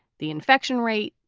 the infection rate,